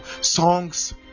songs